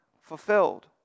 fulfilled